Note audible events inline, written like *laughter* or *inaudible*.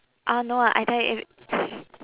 uh no ah I tell you if it *noise*